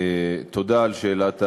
תודה על שאלת ההמשך.